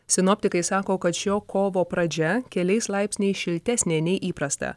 sinoptikai sako kad šio kovo pradžia keliais laipsniais šiltesnė nei įprasta